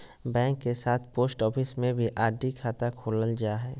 bank के साथ post office में भी आर.डी खाता खोलल जा हइ